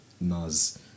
Naz